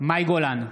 מאי גולן,